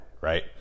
right